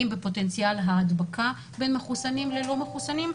בפוטנציאל ההדבקה בין מחוסנים ללא מחוסנים.